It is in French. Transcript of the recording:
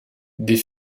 des